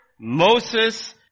Moses